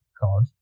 god